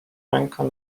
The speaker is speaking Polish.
rękę